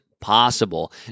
possible